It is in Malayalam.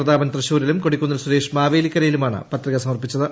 പ്രതാപൻ തൃശൂരിലും കൊടിക്കുന്നിൽ സുരേഷ് മാവേലിക്കരയിലുമാണ് പത്രിക സമർപ്പിച്ചത്